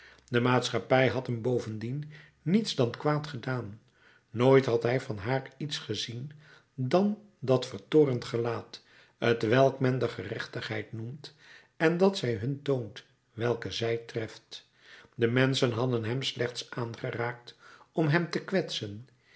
de maatschappij had hem bovendien niets dan kwaad gedaan nooit had hij van haar iets gezien dan dat vertoornd gelaat t welk men de gerechtigheid noemt en dat zij hun toont welke zij treft de menschen hadden hem slechts aangeraakt om hem te kwetsen